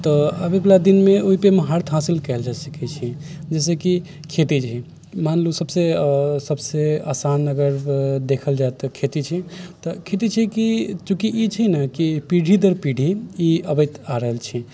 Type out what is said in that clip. तऽ अबैवला दिनमे ओहिपर महारत हासिल कएल जा सकै छै जइसेकि खेते छै मानि लू सबसँ सबसँ आसान अगर देखल जाइ तऽ खेती छै तऽ खेती छै कि चूँकि ई छै ने कि पीढ़ी दर पीढ़ी ई अबैत आबि रहल छै